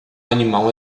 animal